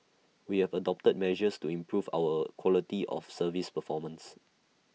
we have adopted measures to improve our quality of service performance